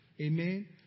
Amen